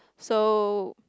so